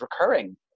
recurring